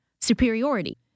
superiority